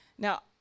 Now